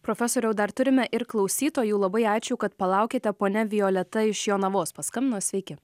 profesoriau dar turime ir klausytojų labai ačiū kad palaukėte ponia violeta iš jonavos paskambino sveiki